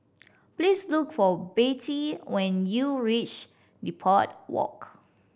please look for Bettye when you reach Depot Walk